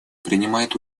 принимает